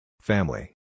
Family